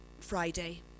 Friday